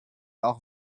auch